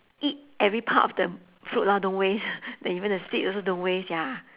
eat every part of the fruit lor don't waste then even the seed also don't waste ya